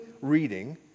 reading